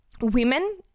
women